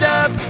up